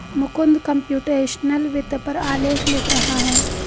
Mukund computational वित्त पर आलेख लिख रहा है